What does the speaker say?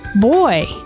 boy